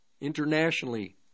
internationally